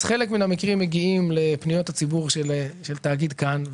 אז חלק מן המקרים מגיעים לפניות הציבור של תאגיד כאן,